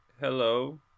hello